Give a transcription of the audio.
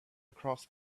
across